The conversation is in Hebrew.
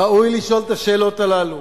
ראוי לשאול את השאלות הללו.